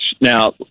Now